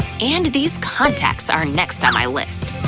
and these contacts are next on my list.